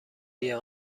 بیا